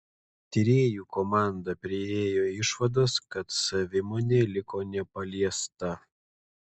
tyrėjų komanda priėjo išvados kad savimonė liko nepaliesta